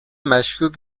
مشکوک